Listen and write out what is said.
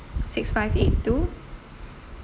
six five eight two